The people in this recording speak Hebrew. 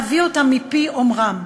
ואביא אותם מפי אומרם,